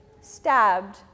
stabbed